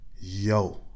Yo